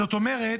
זאת אומרת,